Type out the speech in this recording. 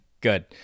Good